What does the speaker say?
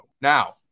Now